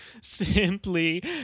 Simply